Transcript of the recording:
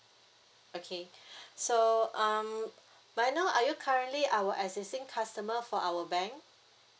okay so um may I know are you currently our existing customer for our bank